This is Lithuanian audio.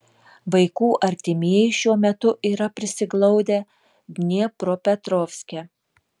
vaikų artimieji šiuo metu yra prisiglaudę dniepropetrovske